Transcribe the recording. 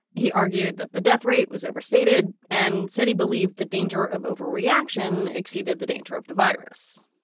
he argued that the death rate was overstated and said he believed the danger of overreaction exceeded the danger of the virus.